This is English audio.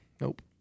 Nope